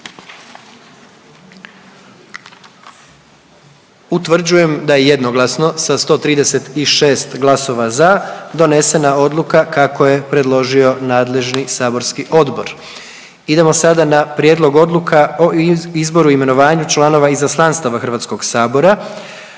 Utvrđujem da je jednoglasno sa 136 glasova za donesena odluka kako je predložio nadležni saborski odbor. Idemo sada na prijedlog odluka o izboru i imenovanju članova izaslanstava HS-a,